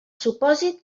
supòsit